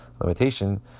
limitation